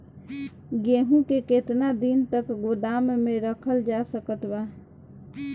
गेहूँ के केतना दिन तक गोदाम मे रखल जा सकत बा?